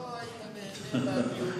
לא היית נהנה מהדיונים,